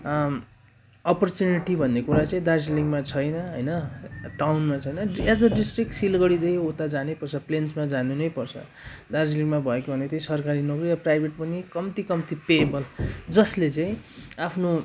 opportunity भन्ने कुरा चाहिँ दार्जिलिङमा छैन होइन टाउनमा छैन एज अ डिस्ट्रिक सिलगडीदेखि उता जानैपर्छ प्लेन्समा जानु नै पर्छ दार्जिलिङमा भएको भने त्यही सरकारी नोकरी अब प्राइभेट पनि कम्ती कम्ती पेएबल जसले चाहिँ आफ्नो